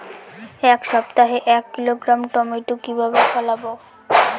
এক সপ্তাহে এক কিলোগ্রাম টমেটো কিভাবে ফলাবো?